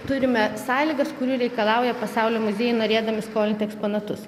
turime sąlygas kurių reikalauja pasaulio muziejai norėdami skolinti eksponatus